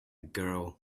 girl